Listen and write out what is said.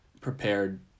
prepared